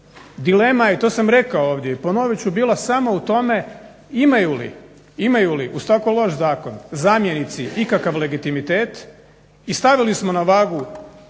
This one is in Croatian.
Dilema je, i to sam rekao ovdje i ponovit ću, bila samo u tome imaju li uz tako loš zakon zamjenici ikakav legitimitet i stavili smo na vagu